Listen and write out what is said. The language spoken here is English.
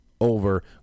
over